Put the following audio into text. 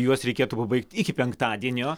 juos reikėtų pabaigti iki penktadienio